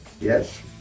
Yes